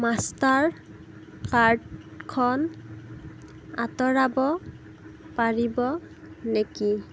master কাৰ্ডখন আঁতৰাব পাৰিব নেকি